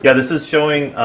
yeah this is showing